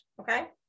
okay